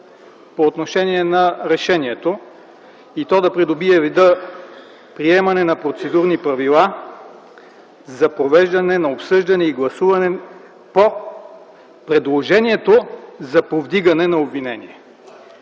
по отношение на решението и то да придобие вида: „Приемане на процедурни правила за провеждане на обсъждане и гласуване по предложението за повдигане на обвинение”.